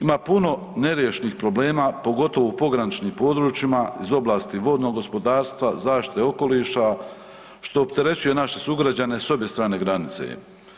Ima puno neriješenih problema poglavito u pograničnim područjima iz oblasti vodnog gospodarstva, zaštite okoliša, što opterećuje naše sugrađane s obje strane granice.